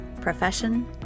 profession